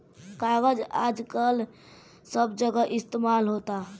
कागज आजकल सब जगह इस्तमाल होता